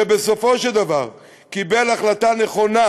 שבסופו של דבר קיבל החלטה נכונה,